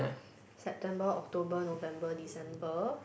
September October November December